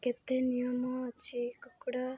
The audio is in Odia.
କେତେ ନିୟମ ଅଛି କୁକୁଡ଼ା